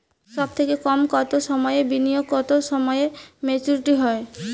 সবথেকে কম কতো সময়ের বিনিয়োগে কতো সময়ে মেচুরিটি হয়?